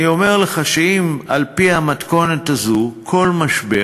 אני אומר לך שאם על-פי המתכונת הזאת כל משבר